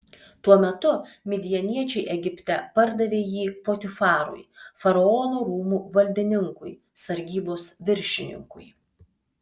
tuo metu midjaniečiai egipte pardavė jį potifarui faraono rūmų valdininkui sargybos viršininkui